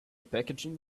packaging